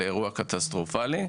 לאירוע קטסטרופלי,